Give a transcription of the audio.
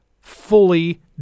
fully